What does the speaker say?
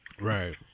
Right